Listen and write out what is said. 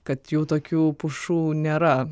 kad jau tokių pušų nėra